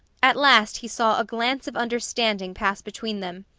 at last he saw a glance of understanding pass between them.